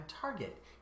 target